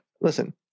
Listen